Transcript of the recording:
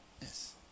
yes